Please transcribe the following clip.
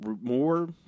more